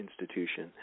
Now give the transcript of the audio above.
institution